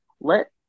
let